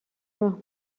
راه